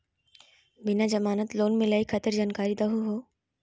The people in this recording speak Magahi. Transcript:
बिना जमानत लोन मिलई खातिर जानकारी दहु हो?